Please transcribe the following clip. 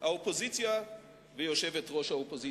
האופוזיציה ויושבת-ראש האופוזיציה.